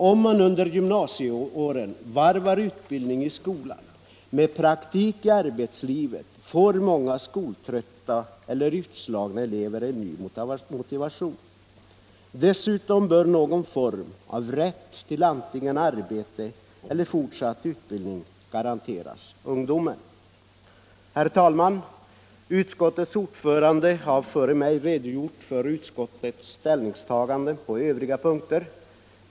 Om man under gymnasieåren varvar utbildningen i skolan med praktik i arbetslivet får många skoltrötta och utslagna elever en ny motivation för studier. Dessutom bör någon form av rätt antingen till arbete eller till fortsatt utbildning garanteras ungdomen. Herr talman! Utskottets ordförande har före mig redogjort för utskottets 98 ställningstagande på övriga punkter.